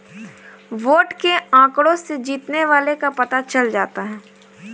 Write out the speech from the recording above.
vote के आंकड़ों से जीतने वाले का पता चल जाता है